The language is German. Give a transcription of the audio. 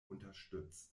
unterstützt